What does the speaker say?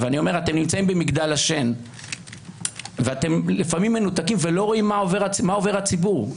אתם נמצאים במגדל השן ואתם לפעמים מנותקים ולא רואים מה עובר הציבור,